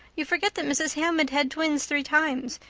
you forget that mrs. hammond had twins three times.